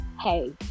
hey